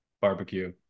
barbecue